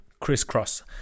crisscross